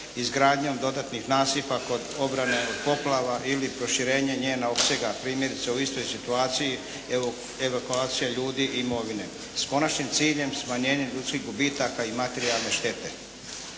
izgradnjom dodatnih nasipa kod obrane od poplava ili proširenje njenog opsega primjerice u istoj situaciji, evakuacija ljudi i imovine s konačnim ciljem smanjenjem ljudskih gubitaka i materijalne štete.